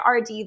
RD